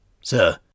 Sir